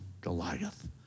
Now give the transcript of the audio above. goliath